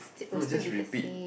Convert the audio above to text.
no just repeat